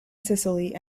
sicily